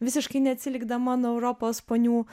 visiškai neatsilikdama nuo europos ponių